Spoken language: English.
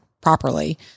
properly